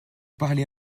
parlez